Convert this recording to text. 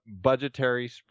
budgetary